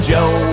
Joe